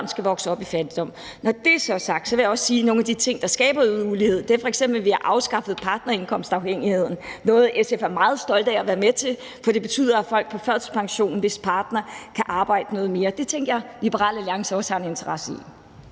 skal vokse op i fattigdom. Når det er sagt, vil jeg også sige, at nogle af de ting, der skaber øget ulighed, f.eks. er, at vi har afskaffet partnerindkomstafhængigheden, noget, SF er meget stolte af at være med til, for det betyder, at partnere til folk på førtidspension kan arbejde lidt mere. Det tænkte jeg Liberal Alliance også har en interesse i.